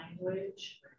language